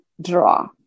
draw